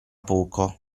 poco